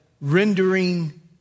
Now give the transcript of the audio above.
rendering